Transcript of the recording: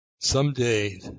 someday